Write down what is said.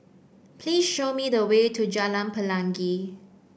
please show me the way to Jalan Pelangi